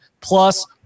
plus